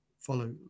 follow